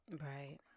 Right